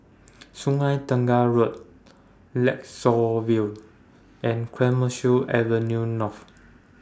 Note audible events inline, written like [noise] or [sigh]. [noise] Sungei Tengah Road Lakeshore View and Clemenceau Avenue North